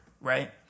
right